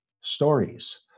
stories